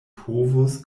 povus